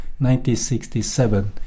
1967